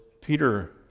Peter